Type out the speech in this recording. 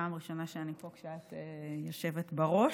לדעתי זו פעם ראשונה שאני פה כשאת יושבת בראש,